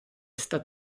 sta